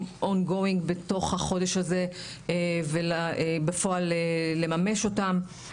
ongoing בתוך החודש הזה ובפועל לממש אותם,